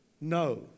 No